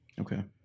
Okay